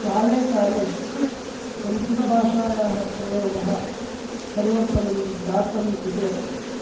काले काले संस्कृतभाषायाः प्रयोगः परिवर्तनं जातम् इति वक्तुं